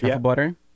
Butter